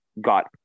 got